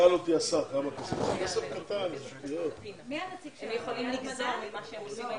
בשעה 12:15.